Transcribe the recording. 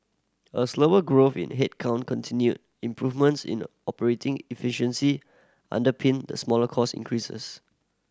a slower growth in headcount continued improvements in the operating efficiency underpinned the smaller cost increases